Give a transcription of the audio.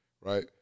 right